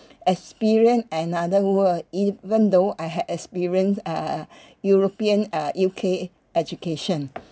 experience another world even though I had experience uh european uh U_K education